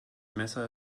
messer